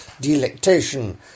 delectation